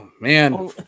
man